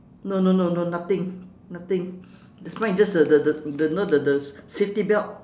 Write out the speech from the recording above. no no no no nothing nothing this one just the the the the you know the the the safety belt